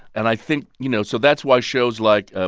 and, i think you know, so that's why shows like, ah